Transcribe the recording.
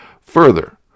further